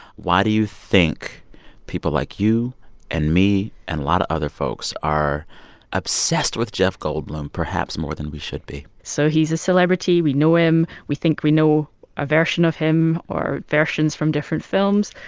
why do you think people like you and me and a lot of other folks are obsessed with jeff goldblum, perhaps more than we should be? so he's a celebrity. we know him. we think we know a version of him or versions from different films,